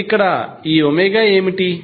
ఇప్పుడు ఇక్కడ ఈ ఏమిటి